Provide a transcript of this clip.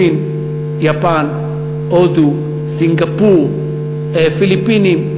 סין, יפן, הודו, סינגפור, הפיליפינים.